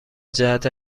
جهت